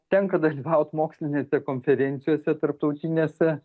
tenka dalyvaut mokslinėse konferencijose tarptautinėse